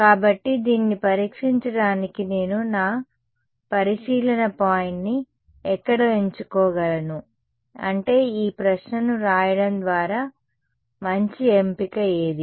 కాబట్టి దీన్ని పరీక్షించడానికి నేను నా పరిశీలన పాయింట్ని ఎక్కడ ఎంచుకోగలను అంటే ఈ ప్రశ్నను వ్రాయడం ద్వారా మంచి ఎంపిక ఏది